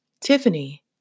Tiffany